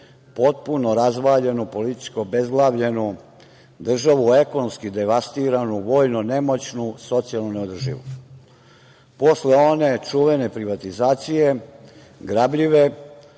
potpuno razvaljenu, politički oobezglavljenu državu, ekonomski devastiranu, vojno nemoćnu, socijalno neodrživu. Posle one čuvene privatizacije grabljive,